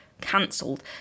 cancelled